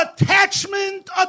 attachment